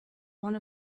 one